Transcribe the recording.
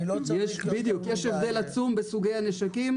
יש הבדל עצום בסוגי הכלים.